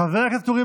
חבר הכנסת אורי